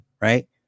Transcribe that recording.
right